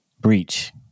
breach